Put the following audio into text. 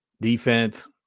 defense